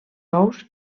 ous